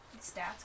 stats